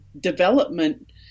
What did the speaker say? development